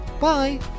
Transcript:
bye